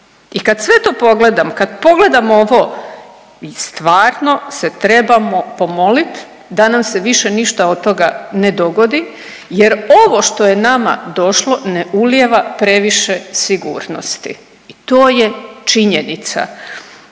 i kad sve to pogledam, kad pogledamo ovo stvarno se trebamo pomolit da nam se više ništa od toga ne dogodi jer ovo što je nama došlo ne ulijeva previše sigurnosti i to je činjenica.